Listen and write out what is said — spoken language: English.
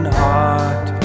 heart